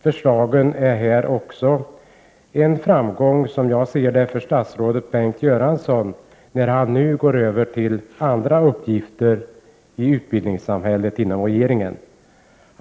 Förslagen här är också en framgång för statsrådet Bengt Göransson, när han nu går över till att inom regeringen handha andra uppgifter i utbildningssamhället.